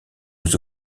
aux